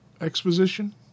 exposition